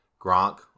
Gronk